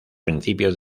principios